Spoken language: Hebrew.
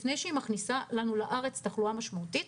לפני שהיא מכניסה לארץ תחלואה משמעותית,